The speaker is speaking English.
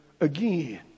again